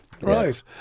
Right